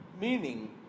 meaning